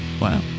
Wow